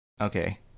okay